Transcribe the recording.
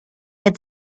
had